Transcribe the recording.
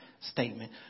statement